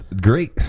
great